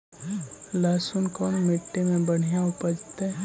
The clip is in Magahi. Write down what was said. लहसुन कोन मट्टी मे बढ़िया उपजतै?